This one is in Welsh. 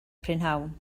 prynhawn